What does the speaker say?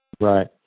Right